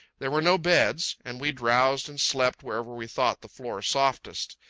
there were no beds and we drowsed and slept wherever we thought the floor softest.